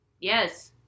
Yes